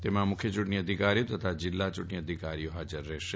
તેમાં મુખ્ય યુંટણી અધિકારીઓ તથા જીલ્લા ચુંટણી અધિકારીઓ હાજર રહેશે